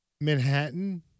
Manhattan